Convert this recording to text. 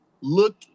look